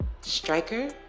Striker